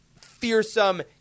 fearsome